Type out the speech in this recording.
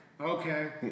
okay